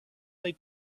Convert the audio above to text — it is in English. they